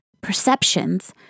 perceptions